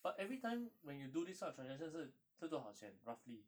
but every time when you do this type of transaction 是多少钱 roughly